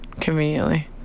Conveniently